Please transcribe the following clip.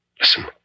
Listen